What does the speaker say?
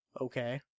Okay